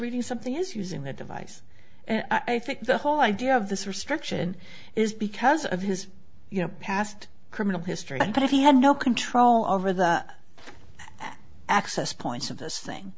you something is using the device and i think the whole idea of this restriction is because of his you know past criminal history but if he had no control over the access points of this thing